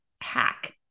Hack